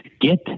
get